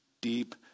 deep